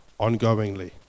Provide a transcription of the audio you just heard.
ongoingly